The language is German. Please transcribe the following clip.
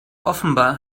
offenbar